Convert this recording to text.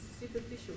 Superficial